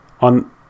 on